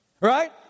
right